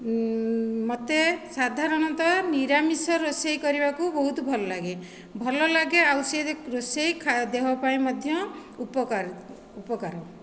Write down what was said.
ମତେ ସାଧାରଣତଃ ନିରାମିଷ ରୋଷେଇ କରିବାକୁ ବହୁତ ଭଲ ଲାଗେ ଭଲ ଲାଗେ ଆଉ ସେ ଯେ କୃଷି ଦେହ ପାଇଁ ମଧ୍ୟ ଉପକାରୀ ଉପକାର